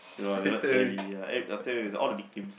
you know the word Terry uh eh not Terry all the nicknames